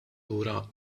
lura